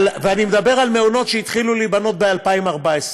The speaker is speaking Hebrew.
ואני מדבר על מעונות שהתחילו להיבנות ב-2014,